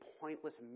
pointless